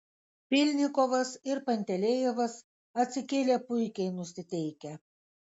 pylnikovas ir pantelejevas atsikėlė puikiai nusiteikę